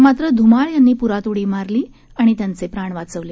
मात्र ध्माळ यांनी प्रात उडी मारली आणि त्यांचे प्राण वाचवले